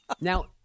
Now